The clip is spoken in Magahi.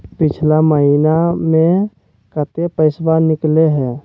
पिछला महिना मे कते पैसबा निकले हैं?